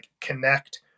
connect